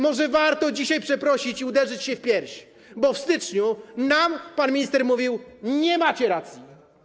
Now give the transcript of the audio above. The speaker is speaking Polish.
Może warto dzisiaj przeprosić i uderzyć się w pierś, bo w styczniu nam pan minister mówił: Nie macie racji.